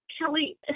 Kelly